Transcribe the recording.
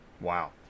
wow